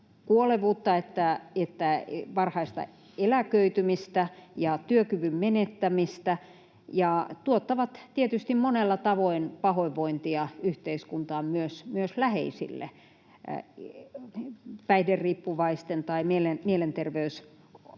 että varhaista eläköitymistä ja työkyvyn menettämistä ja tuottavat tietysti monella tavoin pahoinvointia yhteiskuntaan, myös päihderiippuvaisten tai mielenterveysongelmaisten